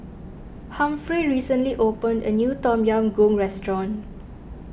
Humphrey recently opened a new Tom Yam Goong restaurant